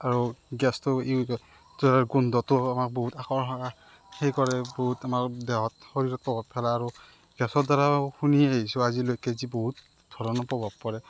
আৰু গেছটো ইউজ গোন্ধটো বহুত হেৰি কৰে বহুত মানে দেহত শৰীৰত গেছৰ দ্বাৰাও শুনিয়ে আহিছোঁ আজিলৈকে যে বহুত ধৰণৰ প্ৰভাৱ পৰে